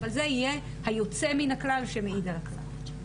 אבל זה יהיה היוצא מן הכלל שמעיד על הכלל,